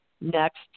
next